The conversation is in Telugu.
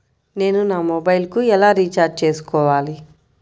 నేను నా మొబైల్కు ఎలా రీఛార్జ్ చేసుకోవాలి?